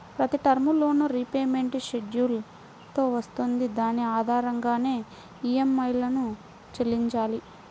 ప్రతి term loan repayment schedule తో వస్తుంది దాని ఆధారంగానే ఈఎంఐలను చెల్లించాలి